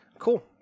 Cool